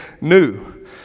new